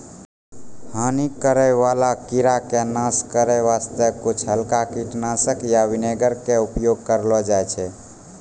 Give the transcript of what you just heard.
हानि करै वाला कीड़ा के नाश करै वास्तॅ कुछ हल्का कीटनाशक या विनेगर के उपयोग करलो जाय छै